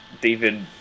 David